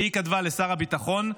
שהיא כתבה לשר הביטחון,